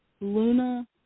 Luna